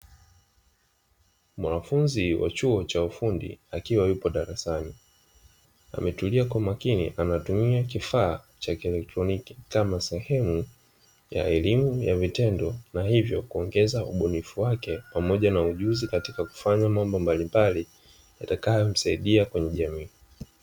Mwanafunzi wa chuo cha ufundi akiwa yupo darasani. Ametulia kwa umakini anatumia kifaa cha kiektroniki, kama sehemu ya elimu ya vitendo na hivyo kuongeza ubunifu wake pamoja na ujuzi katika kufanya mambo mbalimbali yatakayomsaidia kwenye jamii.